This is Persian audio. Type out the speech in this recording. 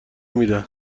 میدن